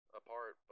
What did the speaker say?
apart